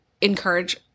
encourage